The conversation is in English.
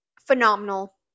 Phenomenal